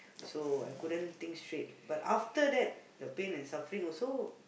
so I couldn't think straight but after that the pain and suffering also